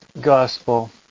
Gospel